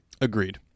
Agreed